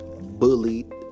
bullied